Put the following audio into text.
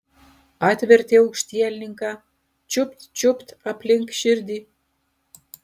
atvertė aukštielninką čiupt čiupt aplink širdį